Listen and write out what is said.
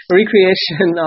recreation